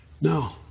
No